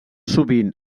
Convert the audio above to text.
sovint